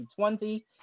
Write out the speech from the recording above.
2020